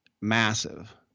massive